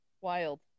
Wild